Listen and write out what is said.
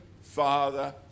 father